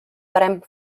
parem